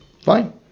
fine